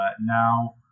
now